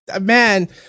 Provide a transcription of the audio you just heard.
Man